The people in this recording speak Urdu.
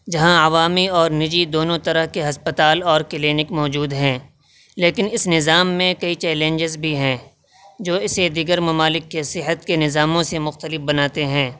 جہاں عوامی اور نجی دونوں طرح کے ہسپتال اور کلینک موجود ہیں لیکن اس نظام میں کئی چیلنجز بھی ہیں جو اسے دیگر ممالک کے صحت کے نظاموں سے مختلف بناتے ہیں